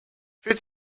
fühlt